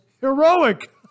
heroic